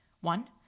One